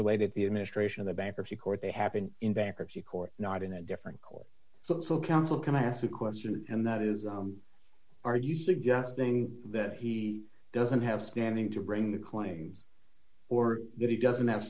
related the administration of the bankruptcy court they happen in bankruptcy court not in a different court to counsel can i ask a question and that is are you suggesting that he doesn't have standing to bring the claims or that he doesn't have